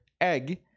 egg